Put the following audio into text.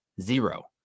zero